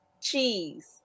Cheese